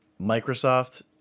Microsoft